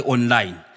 Online